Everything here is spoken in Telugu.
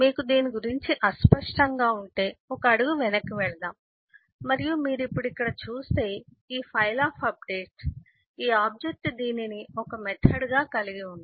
మీకు దీని గురించి అస్పష్టంగా ఉంటే ఒక అడుగు వెనక్కి వెళ్దాం మరియు మీరు ఇప్పుడు ఇక్కడ చూస్తే ఈ ఫైల్ ఆఫ్ అప్డేట్ ఈ ఆబ్జెక్ట్ దీనిని ఒక మెథడ్ గా కలిగి ఉంది